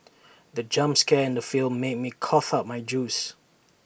the jump scare in the film made me cough out my juice